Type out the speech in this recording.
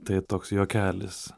tai toks juokelis